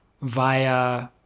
via